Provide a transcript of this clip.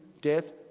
death